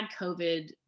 COVID